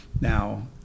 now